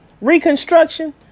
reconstruction